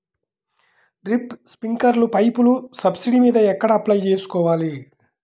Drip, స్ప్రింకర్లు పైపులు subsidy మీద ఎక్కడ అప్లై చేసుకోవాలి?